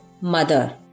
mother